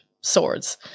swords